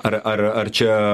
ar ar čia